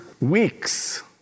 weeks